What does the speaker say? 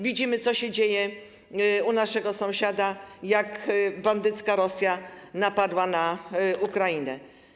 Widzimy, co się dzieje u naszego sąsiada, jak bandycka Rosja napadła na Ukrainę.